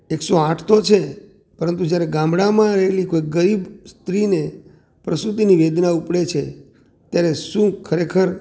એકસો આઠ તો છે પરંતુ જ્યારે ગામડામાં રહેલી કોઈ ગરીબ સ્ત્રીને પ્રસૂતિની વેદના ઉપડે છે ત્યારે શું ખરેખર